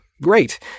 great